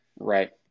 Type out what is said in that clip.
right